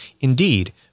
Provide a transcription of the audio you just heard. indeed